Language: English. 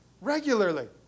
regularly